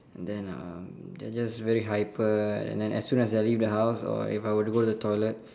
and then um they are just very hyper and then as soon as I leave the house or if I were to go to the toilet